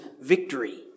victory